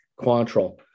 Quantrill